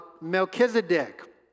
Melchizedek